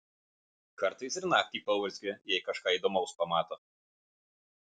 kartais ir naktį paurzgia jei kažką įdomaus pamato